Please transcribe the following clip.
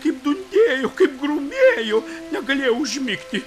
kaip dundėjo kaip grumėjo negalėjau užmigti